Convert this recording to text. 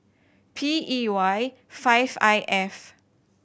P E Y five I F